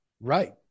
Right